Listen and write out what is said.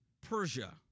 Persia